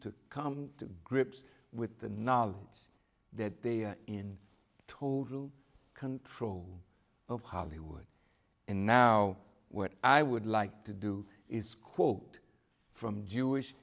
to come to grips with the knowledge that they are in total control of hollywood and now what i would like to do is quote from jewish